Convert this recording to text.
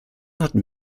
hatten